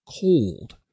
cold